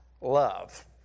love